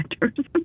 factors